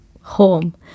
home